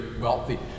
wealthy